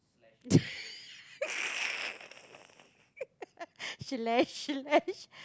shlash shlash